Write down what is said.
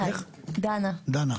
דנה.